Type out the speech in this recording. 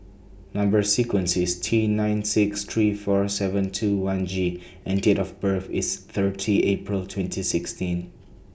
Number sequence IS T nine six three four seven two one G and Date of birth IS thirty April twenty sixty